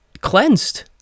cleansed